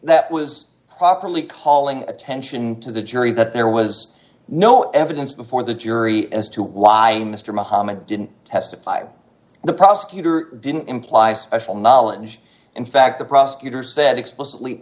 that was properly calling attention to the jury that there was no evidence before the jury as to why mr muhammad didn't testify the prosecutor didn't imply special knowledge in fact the prosecutor said explicitly